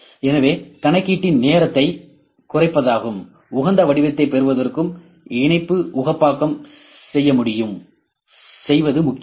எனவே கணக்கீட்டின் நேரத்தைக் குறைப்பதற்கும் உகந்த வடிவத்தைப் பெறுவதற்கும் இணைப்பு உகப்பாக்கம் செய்வது முக்கியம்